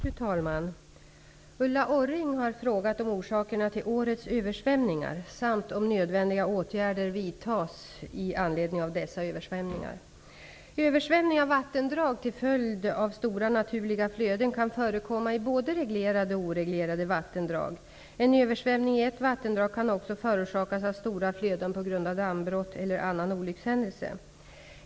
Fru talman! Ulla Orring har frågat om orsakerna till årets översvämningar samt om nödvändiga åtgärder vidtas i anledning av dessa översvämningar. Översvämning av vattendrag till följd av stora naturliga flöden kan förekomma både i reglerade och i oreglerade vattendrag. En översvämning i ett vattendrag kan också förorsakas av stora flöden på grund av dammbrott eller annan olyckshändelse.